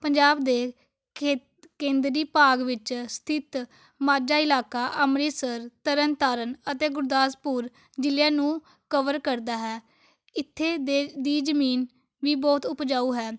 ਪੰਜਾਬ ਦੇ ਖੇਤ ਕੇਂਦਰੀ ਭਾਗ ਵਿੱਚ ਸਥਿਤ ਮਾਝਾ ਇਲਾਕਾ ਅੰਮ੍ਰਿਤਸਰ ਤਰਨ ਤਾਰਨ ਅਤੇ ਗੁਰਦਾਸਪੁਰ ਜ਼ਿਲ੍ਹਿਆਂ ਨੂੰ ਕਵਰ ਕਰਦਾ ਹੈ ਇੱਥੇ ਦੇ ਦੀ ਜਮੀਨ ਵੀ ਬਹੁਤ ਉਪਜਾਊ ਹੈ